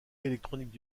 électroniques